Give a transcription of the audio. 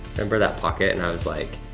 remember that pocket, and i was like,